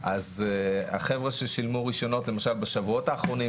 אז החבר'ה ששילמו רישיונות למשל בשבועות האחרונות,